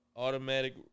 Automatic